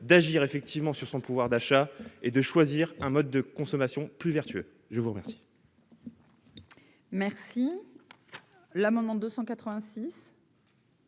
d'agir effectivement sur son pouvoir d'achat et de choisir un mode de consommation plus vertueux. L'amendement